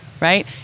right